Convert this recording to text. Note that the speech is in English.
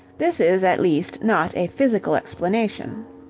this is at least not a physical explanation,